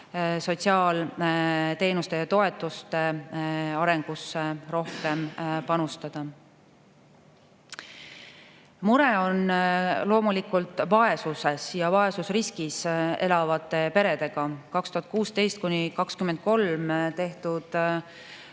sotsiaalteenuste ja ‑toetuste arengusse rohkem panustada. Mure on loomulikult vaesuses ja vaesusriskis elavate peredega. 2016–2023 tehtud